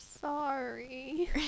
sorry